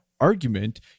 argument